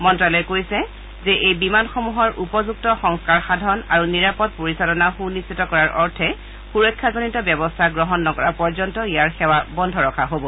মন্ত্যালয়ে কৈছে যে এই বিমানসমূহৰ উপযুক্ত সংস্থাৰ সাধন আৰু নিৰাপদ পৰিচালনা সুনিশ্চিত কৰাৰ অৰ্থে সুৰক্ষাজনিত ব্যৱস্থা গ্ৰহণ নকৰা পৰ্যন্ত ইয়াৰ সেৱা বন্ধ ৰখা হব